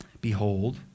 Behold